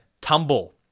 Tumble